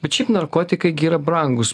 bet šiaip narkotikai gi yra brangus